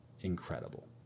incredible